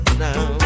now